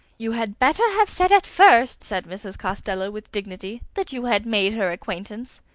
you had better have said at first, said mrs. costello with dignity, that you had made her acquaintance.